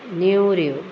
नेवऱ्यो